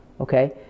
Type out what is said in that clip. Okay